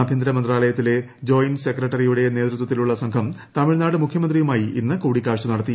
ആഭ്യന്തര മന്ത്രാലയത്തിലെ ജോയിന്റ് സെക്രട്ടറിയുടെ നേതൃത്വത്തിലുള്ള സംഘം തമിഴ്നാട് മുഖ്യമന്ത്രിയുമായി ഇന്ന് കൂടിക്കാഴ്ച നടത്തി